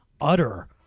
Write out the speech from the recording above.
utter